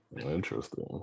Interesting